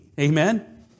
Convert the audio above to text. Amen